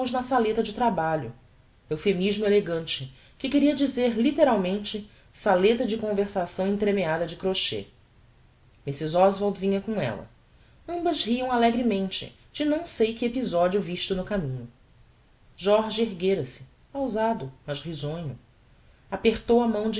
na saleta de trabalho euphemismo elegante que queria dizer litteralmente saleta de conversação entremeada de crochet mrs oswald vinha com ella ambas riam alegremente de não sei que episodio visto no caminho jorge erguera-se pausado mas risonho apertou a mão